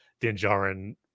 dinjarin